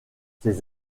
ses